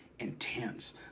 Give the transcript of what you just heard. intense